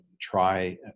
try